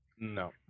No